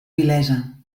vilesa